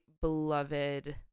beloved